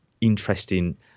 interesting